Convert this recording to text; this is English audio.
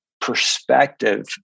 perspective